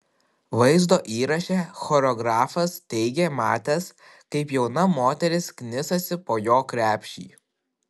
vaizdo įraše choreografas teigė matęs kaip jauna moteris knisasi po jo krepšį